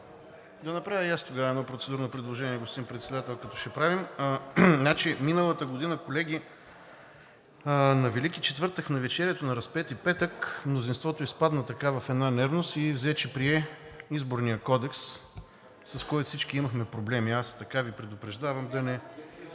Да направя и аз тогава едно процедурно предложение, господин Председател, като ще правим. Миналата година, колеги, на Велики четвъртък в навечерието на Разпети петък мнозинството изпадна в една нервност и взе, че прие Изборния кодекс, с когото всички имахме проблеми. Аз Ви предупреждавам да не...